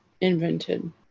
invented